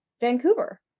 Vancouver